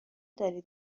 داری